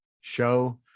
show